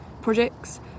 projects